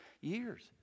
years